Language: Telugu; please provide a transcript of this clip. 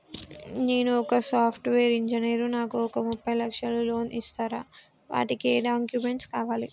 నేను ఒక సాఫ్ట్ వేరు ఇంజనీర్ నాకు ఒక ముప్పై లక్షల లోన్ ఇస్తరా? వాటికి ఏం డాక్యుమెంట్స్ కావాలి?